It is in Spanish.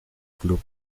club